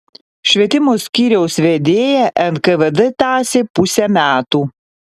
švietimo skyriaus vedėją nkvd tąsė pusę metų